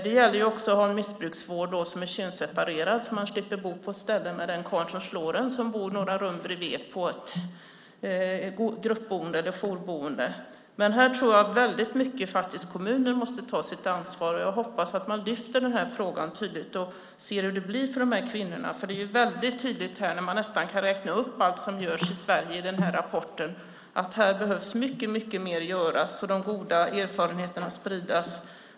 Det gäller också att ha en missbrukarvård som är könsseparerad så att en kvinna slipper bo på ett gruppboende eller jourboende bara några rum ifrån den karl som slår henne. Här tror jag att kommunerna i stor utsträckning måste ta sitt ansvar. Jag hoppas att man lyfter fram denna fråga tydligt och ser hur det blir för dessa kvinnor. När man i denna rapport kan räkna upp nästan allt som görs i Sverige är det väldigt tydligt att mycket mer behöver göras och att de goda erfarenheterna behöver spridas.